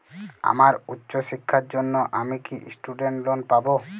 আমার উচ্চ শিক্ষার জন্য আমি কি স্টুডেন্ট লোন পাবো